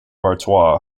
artois